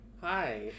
hi